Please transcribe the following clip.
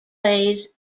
plays